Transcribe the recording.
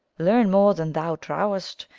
learn more than thou trowest,